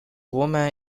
women